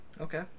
Okay